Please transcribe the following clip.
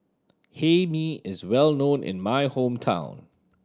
Hae Mee is well known in my hometown